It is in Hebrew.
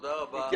תודה רבה.